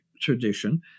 tradition